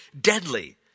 deadly